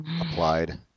applied